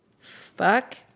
fuck